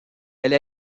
elle